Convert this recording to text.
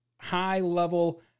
high-level